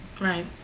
Right